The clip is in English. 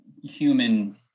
human